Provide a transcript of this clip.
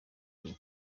ari